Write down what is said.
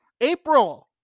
april